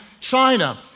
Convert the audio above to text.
china